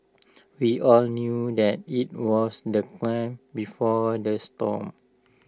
we all knew that IT was the claim before the storm